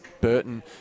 Burton